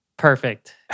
Perfect